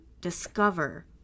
discover